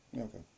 Okay